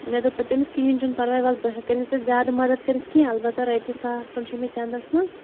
مےٚ دوٚپ پَتہٕ تٔمِس کِہیٖنۍ چھُنہٕ پَرواے وَلہٕ بہٕ ہٮ۪کَے نہٕ ژےٚ زیادٕ مَدَد کٔرِتھ کینٛہہ البتہ رۄپیہِ ساس کھٔنٛڈ چھُے مےٚ چَندَس منٛز